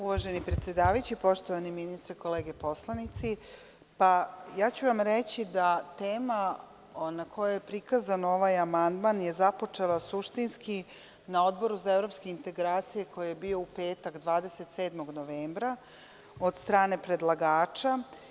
Uvaženi predsedavajući, poštovani ministre, kolege poslanici, reći ću vam da je tema na kojoj je prikazan ovaj amandman je započela suštinski na Odboru za evropske integracije koji je bio u petak 27. novembra od strane predlagača.